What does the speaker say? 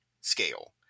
scale